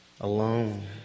alone